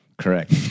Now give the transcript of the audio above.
Correct